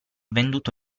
venduto